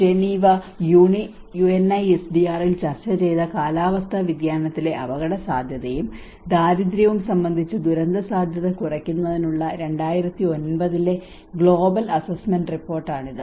Geneva UNISDR ൽ ചർച്ച ചെയ്ത കാലാവസ്ഥാ വ്യതിയാനത്തിലെ അപകടസാധ്യതയും ദാരിദ്ര്യവും സംബന്ധിച്ച ദുരന്തസാധ്യത കുറയ്ക്കുന്നതിനുള്ള 2009 ലെ ഗ്ലോബൽ അസ്സെസ്സ്മെൻറ് റിപ്പോർട്ടാണിത്